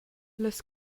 las